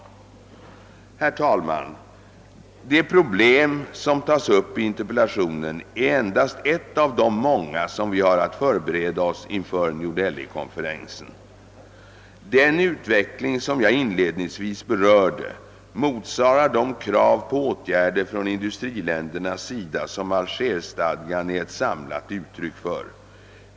Herr talman! Det problem som tas upp i interpellationen är endast ett av de många, som vi har att förbereda oss för inför New Delhikonferensen. Den utveckling som jag inledningsvis berörde motiverar de krav på åtgärder från industriländernas sida som Algerstadgan är ett samlat uttryck för.